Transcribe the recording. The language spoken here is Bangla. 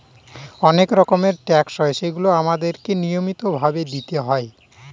অনেক রকমের ট্যাক্স হয় যেগুলো আমাদেরকে নিয়মিত ভাবে দিতে হয়